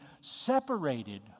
separated